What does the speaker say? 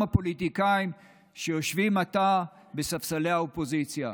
פוליטיקאים שיושבים עתה בספסלי האופוזיציה.